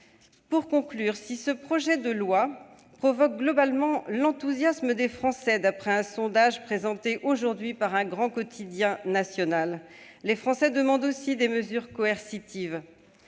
dispositifs. Si ce projet de loi suscite globalement l'enthousiasme des Français, d'après un sondage publié aujourd'hui par un grand quotidien national, ceux-ci demandent aussi des mesures coercitives.